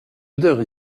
odeur